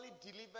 delivered